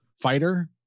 fighter